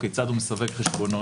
כיצד הוא מסווג חשבונות.